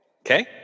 Okay